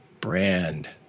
brand